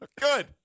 Good